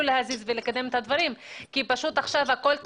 להזיז ולקדם את הדברים כי פשוט עכשיו הכול תקוע.